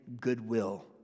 goodwill